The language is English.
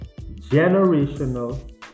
generational